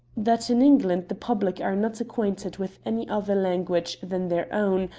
that in england the public are not acquainted with any other language than their own,